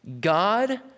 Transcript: God